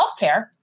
healthcare